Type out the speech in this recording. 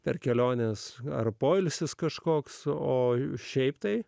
per keliones ar poilsis kažkoks o šiaip tai